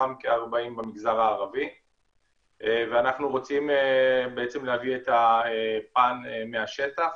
מתוכם כ-40 במגזר הערבי ואנחנו רוצים להביא את הפן מהשטח,